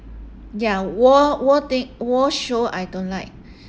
ya war war thing war show I don't like